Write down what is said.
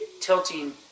tilting